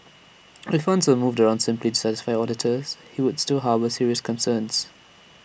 if funds were moved around simply to satisfy auditors he would still harbour serious concerns